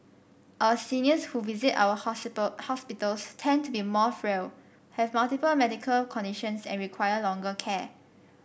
our seniors who visit our hospitals tend to be more frail have multiple medical conditions and require longer care